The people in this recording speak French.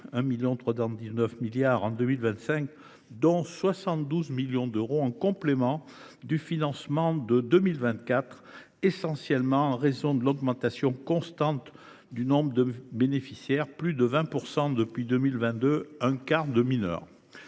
d’euros en 2025, dont 72 millions d’euros en complément du financement de 2024, essentiellement en raison de l’augmentation constante du nombre de bénéficiaires : plus de 20 % depuis 2022, dont un quart de mineurs.